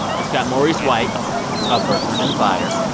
it's got maurice white of earth, wind and fire